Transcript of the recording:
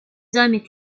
hommes